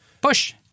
Push